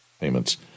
payments